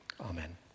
Amen